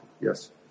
yes